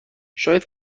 شاید